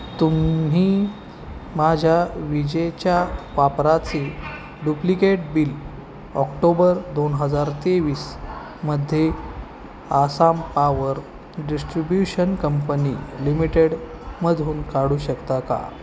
तुम्ही माझ्या विजेच्या वापराचे डुप्लिकेट बिल ऑक्टोबर दोन हजार तेवीस मध्ये Assam power distribution company limited मधून काढू शकता का